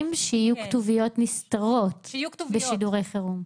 שיהיו כתוביות נסתרות בשידורי חירום?